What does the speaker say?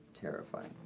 terrifying